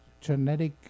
genetic